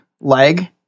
leg